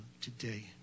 today